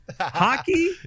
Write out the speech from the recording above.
hockey